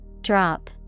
drop